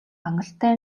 хангалттай